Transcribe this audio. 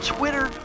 Twitter